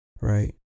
right